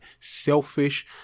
selfish